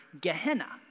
Gehenna